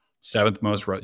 seventh-most